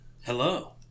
Hello